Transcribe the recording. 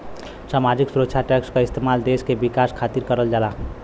सामाजिक सुरक्षा टैक्स क इस्तेमाल देश के विकास खातिर करल जाला